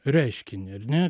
reiškinį ar ne